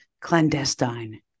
clandestine